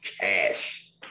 cash